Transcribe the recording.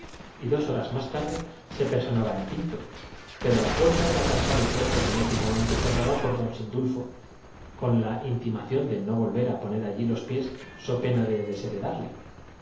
y cariño horas más tarde se personaba en pinto pero la puerta sa la contemplaba sin ver en ella más que una cara de la casa le fué herméticamente cerrada por don sin de tío dulfo con la intimación de no volver á poner allí los estimulado por lo que nuestro héroe juzgaba el piés so pena de desheredarle